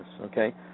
okay